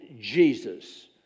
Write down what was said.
Jesus